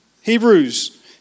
Hebrews